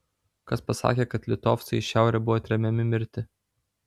kas pasakė kad litovcai į šiaurę buvo tremiami mirti